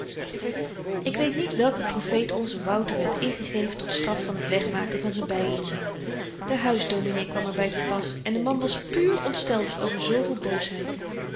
ik weet niet welke profeet onzen wouter werd ingegeven tot straf van t wegmaken van z'n bybeltje de huisdominee kwam er by te pas en de man was puur ontsteld over zooveel boosheid